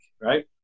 right